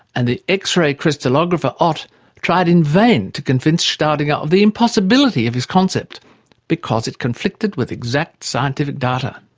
and the x-ray crystallographer ott tried in vain to convince staudinger of the impossibility of his concept because it conflicted with exact scientific data.